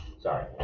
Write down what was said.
sorry